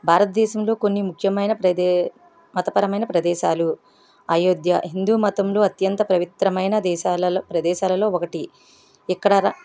భారతదేశంలో కొన్ని ముఖ్యమైన ప్రదే మతపరమైన ప్రదేశాలు అయోధ్య హిందు మతంలో అత్యంత పవిత్రమైన దేశాలలో ప్రదేశాలలో ఒకటి ఇక్కడ